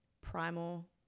primal